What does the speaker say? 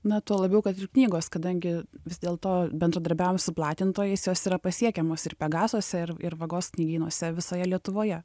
na tuo labiau kad ir knygos kadangi vis dėl to bendradarbiaujam su platintojais jos yra pasiekiamos ir pegasuose ir ir vagos knygynuose visoje lietuvoje